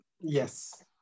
Yes